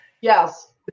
yes